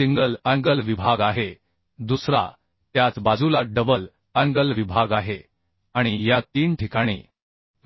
single angle विभाग आहे दुसरा त्याच बाजूला डबल अँगल विभाग आहे आणि या तीन ठिकाणी